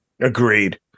agreed